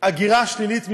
הגירה שלילית מירושלים.